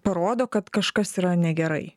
parodo kad kažkas yra negerai